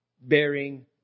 bearing